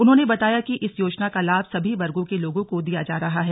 उन्होंने बताया कि इस योजना का लाभ सभी वर्गों के लोगों को दिया जा रहा हैं